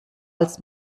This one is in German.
als